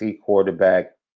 quarterback